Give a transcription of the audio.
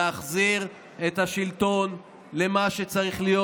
להחזיר את השלטון למה שצריך להיות,